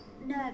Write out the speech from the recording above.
nervous